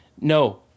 no